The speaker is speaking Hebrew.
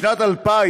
בשנת 2000,